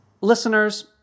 Listeners